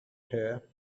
hair